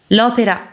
L'opera